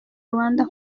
rwanda